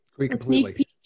Completely